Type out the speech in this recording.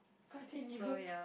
continue